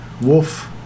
wolf